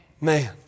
Man